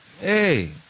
Hey